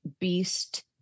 beast